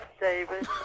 David